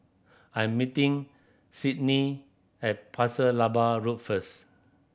I'm meeting Cydney at Pasir Laba Road first